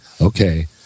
okay